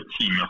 team